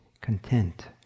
content